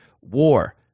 war